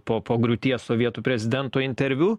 po po griūties sovietų prezidento interviu